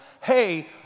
hey